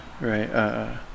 right